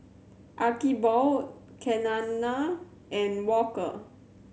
Archibald Keanna and Walker